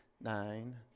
nine